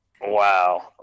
wow